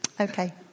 Okay